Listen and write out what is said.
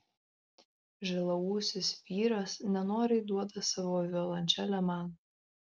žilaūsis vyras nenoriai duoda savo violončelę man